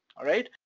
alright?